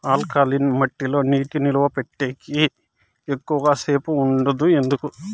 alkaline మట్టి లో నీటి నిలువ పెట్టేకి ఎక్కువగా సేపు ఉండదు ఎందుకు